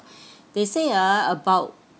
they say uh about